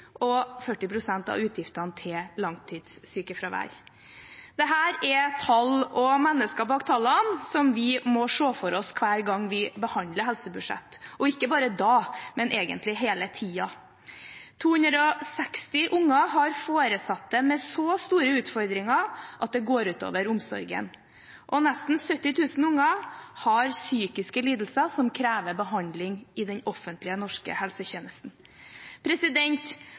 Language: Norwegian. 40 pst. av utgiftene til langtidssykefravær. Dette er tall og mennesker bak tallene som vi må se for oss hver gang vi behandler helsebudsjett, og ikke bare da, men egentlig hele tiden. 260 unger har foresatte med så store utfordringer at det går ut over omsorgen, og nesten 70 000 unger har psykiske lidelser som krever behandling i den offentlige norske helsetjenesten.